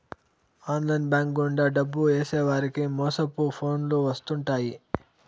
online bank గుండా డబ్బు ఏసేవారికి మోసపు ఫోన్లు వత్తుంటాయి